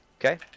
Okay